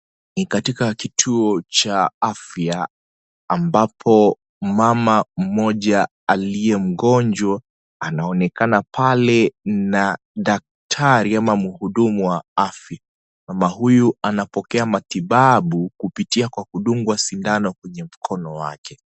Ni katika kituo cha afya, ambapo mama mmoja, aliye mgonjwa, anaonekana pale na daktari ama mhudumu wa afya. Mama huyu anapokea matibabu kupitia kwa kudungwa sindano kwenye mkono wake.